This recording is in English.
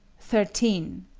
thirteen.